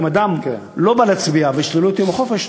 אם אדם לא בא להצביע ושללו לו את יום החופש,